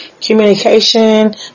communication